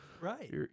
Right